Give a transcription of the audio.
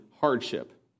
hardship